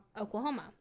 Oklahoma